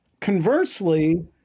conversely